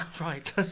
Right